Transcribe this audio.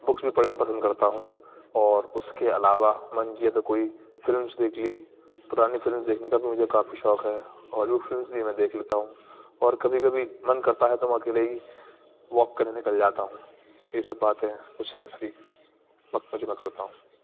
books بھی پڑھنا پسند کرتا ہوں اور اُس کے علاوہ من کیا تو کوئی فلمس دیکھ لی پُرانی فلمس دیکھنے کا بھی مجھے کافی شوق ہے اور نیو فلمس بھی میں دیکھ لیتا ہوں اور کبھی کبھی من کرتا ہے تو میں اکیلے ہی واک کرنے نکل جاتا ہوں یہ سب باتیں کچھ ہیں فری وقت میں جو میں کرتا ہوں